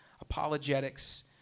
apologetics